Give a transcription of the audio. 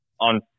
on